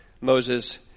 Moses